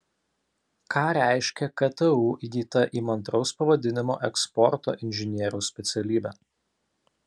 ką reiškia ktu įgyta įmantraus pavadinimo eksporto inžinieriaus specialybė